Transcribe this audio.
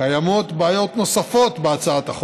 קיימות בעיות נוספות בהצעת החוק.